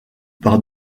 par